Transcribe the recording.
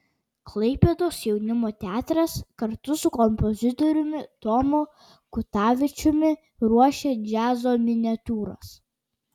klaipėdos jaunimo teatras kartu su kompozitoriumi tomu kutavičiumi ruošia džiazo miniatiūras